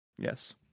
Yes